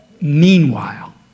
meanwhile